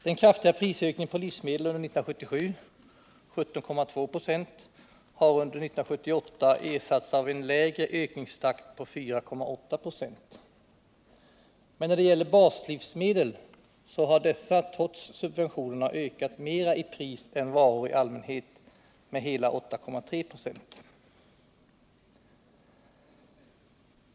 Den kraftiga prisökningen på livsmedel under 1977 — 17,2 96 — har under 1978 ersatts av en lägre ökningstakt på 4,8 26. Men när det gäller baslivsmedel, så har dessa trots subventionerna ökat mera i pris än varor i allmänhet — med hela 8,3 96.